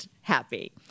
happy